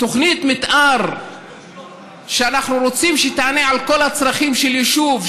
תוכנית מתאר שאנחנו רוצים שתענה על כל הצרכים של היישוב,